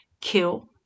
kill